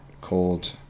called